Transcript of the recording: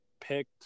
picked